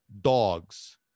dogs